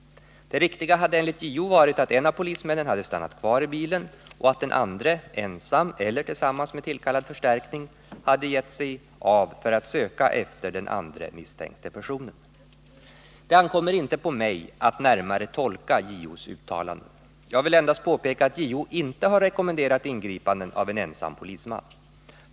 Det riktiga hade enligt JO varit att en av polismännen hade stannat kvar i bilen och att den andre, ensam eller tillsammans med tillkallad förstärkning, hade gett sig av för att söka efter den andre misstänkte personen. Det ankommer inte på mig att närmare tolka JO:s uttalanden. Jag vill endast påpeka att JO inte har rekommenderat ingripanden av en ensam polisman.